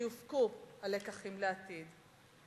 ושיופקו הלקחים לעתיד.